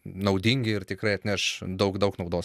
naudingi ir tikrai atneš daug daug naudos